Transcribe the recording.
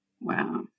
Wow